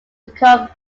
become